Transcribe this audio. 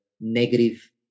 negative